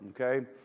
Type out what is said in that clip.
Okay